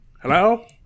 Hello